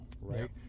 right